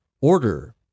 order